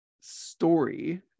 story